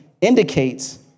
indicates